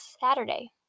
Saturday